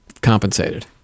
compensated